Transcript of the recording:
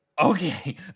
Okay